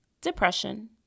depression